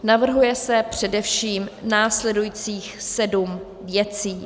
Navrhuje se především následujících sedm věcí: